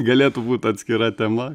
galėtų būt atskira tema